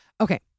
Okay